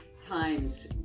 times